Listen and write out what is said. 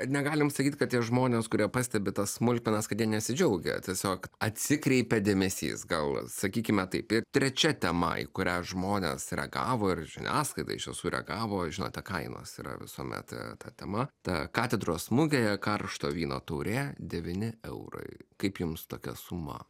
negalim sakyt kad tie žmonės kurie pastebi tas smulkmenas kad jie nesidžiaugia tiesiog atsikreipia dėmesys gal sakykime taip ir trečia tema į kurią žmonės reagavo ir žiniasklaida iš tiesų sureagavo žinote kainos yra visuomet ta tema ta katedros mugėje karšto vyno taurė devyni eurai kaip jums tokia suma